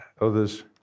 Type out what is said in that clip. others